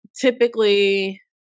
typically